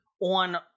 on